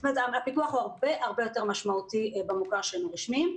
הפיקוח הוא הרבה-הרבה יותר משמעותי במוכר שאינו רשמי.